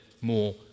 more